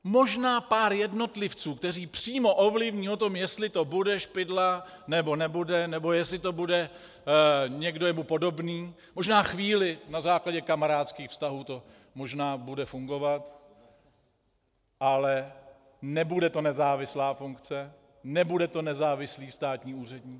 Možná pár jednotlivců, kteří přímo ovlivní to, jestli to bude Špidla, nebo nebude, nebo jestli to bude někdo jemu podobný, možná chvíli na základě kamarádských vztahů to bude fungovat, ale nebude to nezávislá funkce, nebude to nezávislý státní úředník.